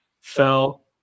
fell